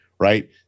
Right